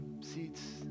seats